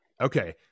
Okay